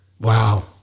Wow